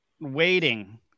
waiting